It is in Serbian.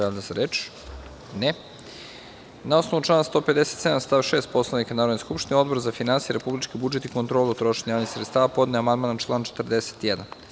Da li se još neko javlja za reč? (Ne) Na osnovu člana 156. stav 6. Poslovnika Narodne skupštine, Odbor za finansije, republički budžet i kontrolu trošenja javnih sredstava podneo je amandman na član 41.